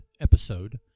episode